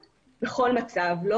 על מנת שהתקנות ישקפו את המצב שניתן